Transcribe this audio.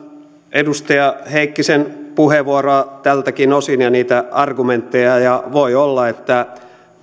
edustaja heikkisen puheenvuoroa ja niitä argumentteja tältäkin osin voi olla että ne